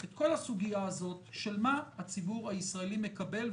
את כל הסוגיה הזאת של מה הציבור הישראלי מקבל,